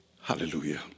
Hallelujah